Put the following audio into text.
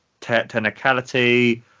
technicality